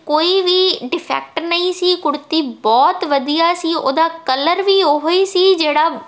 ਕੋਈ ਵੀ ਡਿਫੈਕਟ ਨਹੀਂ ਸੀ ਕੁੜਤੀ ਬਹੁਤ ਵਧੀਆ ਸੀ ਉਹਦਾ ਕਲਰ ਵੀ ਉਹ ਹੀ ਸੀ ਜਿਹੜਾ